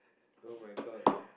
[oh]-my-god